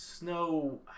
Snow